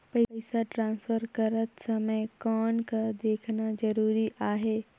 पइसा ट्रांसफर करत समय कौन का देखना ज़रूरी आहे?